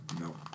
No